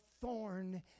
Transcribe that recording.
thorn